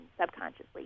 subconsciously